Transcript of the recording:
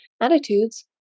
Attitudes